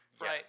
Right